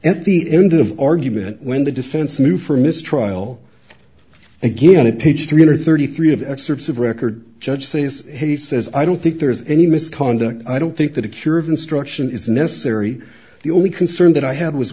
at the end of argument when the defense move for a mistrial again to page three hundred thirty three of excerpts of record judge says he says i don't think there is any misconduct i don't think that a cure of instruction is necessary the only concern that i had was